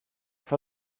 for